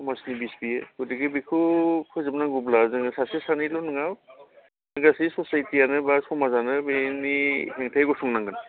समाजनि बिस बियो गथिखे बिखौ फोजोबनांगौब्ला जोङो सासे सानैल' नङा गासै ससाइटिआनो बा समाजानो बेनि हेंथायै गसंनांगोन